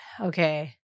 okay